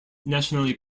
nationally